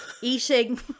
eating